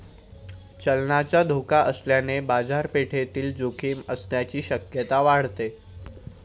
चलनाचा धोका असल्याने बाजारपेठेतील जोखीम असण्याची शक्यता वाढते